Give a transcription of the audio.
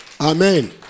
Amen